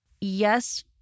Yes